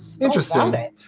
Interesting